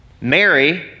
Mary